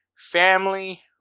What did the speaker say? Family